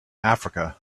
africa